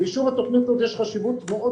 לאישור התוכנית הזאת יש חשיבות גדולה